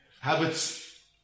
habits